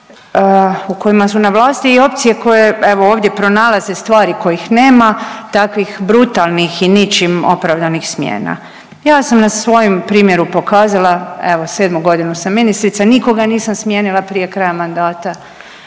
u kojima su na vlasti i opcije koje evo ovdje pronalaze stvari kojih nema takvih brutalnih i ničim opravdanih smjena. Ja sam na svojem primjeru pokazala evo sedmu godinu sam ministrica, nikoga nisam smijenila prije kraja mandata,